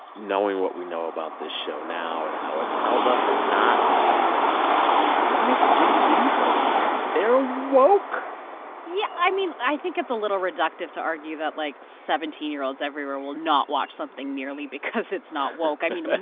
knowing what we know about this show now and how it's held up or not held up why is gen z so into it? they're woke yeah. i mean, i think it's a little reductive to argue that, like, seventeen year olds everywhere will not watch something merely because it's not woke. i mean,